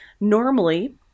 Normally